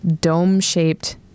dome-shaped